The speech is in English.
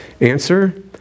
Answer